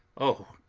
oh,